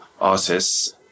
artists